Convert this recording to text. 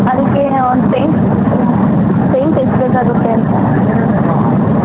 ಅದಕ್ಕೆ ನಾನು ಒಂದು ಪೇಂಟ್ ಪೇಂಟ್ ಎಷ್ಟು ಬೇಕಾಗುತ್ತೆ ಅಂತ ಹೇಳ್ಬಹುದ